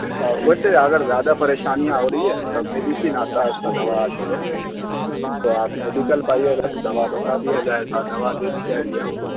ویسے اگر زیادہ پریشانیاں ہو رہی ہے تب میڈیسین آتا ہے اس کا دوا آتی ہے تو آپ میڈیکل پہ آئیے گا تو دوا بتا دیا جائے گا دوا دے دی جائے گی آپ کو